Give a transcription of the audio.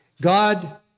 God